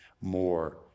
more